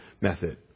method